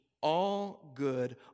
all-good